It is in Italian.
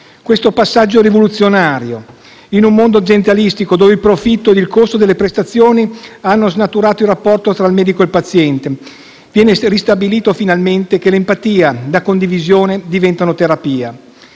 Questo passaggio è rivoluzionario: in un mondo aziendalistico dove il profitto ed il costo delle prestazioni hanno snaturato il rapporto tra medico e paziente, viene finalmente ristabilito che l'empatia, la condivisione diventano terapia.